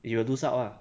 you will lose out ah